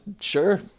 sure